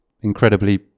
incredibly